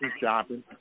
shopping